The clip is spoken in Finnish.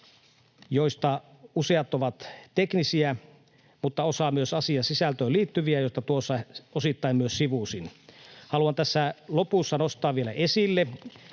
joista useat ovat teknisiä mutta osa myös asiasisältöön liittyviä. Niitä tuossa osittain myös sivusin. Haluan tässä lopussa nostaa vielä esille